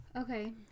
Okay